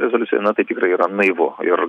rezoliucijoj na tai tikrai yra naivu ir